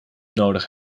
nodig